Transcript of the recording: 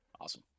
awesome